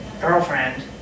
girlfriend